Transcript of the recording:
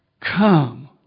come